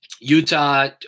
Utah